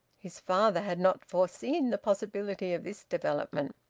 his father had not foreseen the possibility of this development.